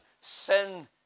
sin